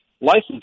license